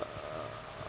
err